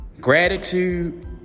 Gratitude